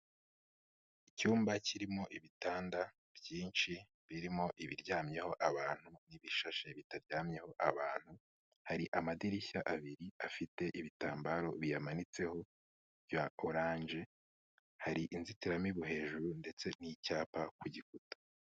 Icyumba kirimo ibitanda byinshi birimo ibiryamyeho abantu n'ibishashi bitaryamyeho abantu, hari amadirishya abiri afite ibitambaro biyamanitseho bya oranje, hari inzitiramibu hejuru ndetse n'icyapa ku gikuta.